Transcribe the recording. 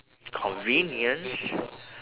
convenience